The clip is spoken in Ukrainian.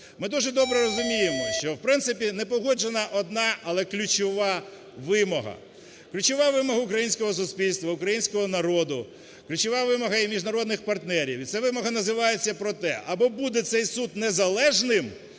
Ми дуже добре розуміємо, що в принципі не погоджена одна, але ключова, вимога. Ключова вимога українського суспільства, українського народу, ключова вимога і міжнародних партнерів. І ця вимога називається про те, або буде цей суд незалежним